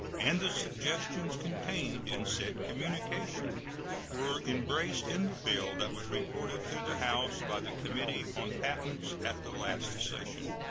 and the suggestions contained in said communication were embraced in the bill that was reported to the house by the committee on patents at the last session.